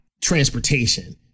transportation